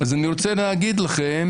אני רוצה להגיד לכם